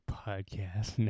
podcast